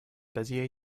bezier